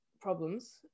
problems